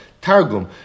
targum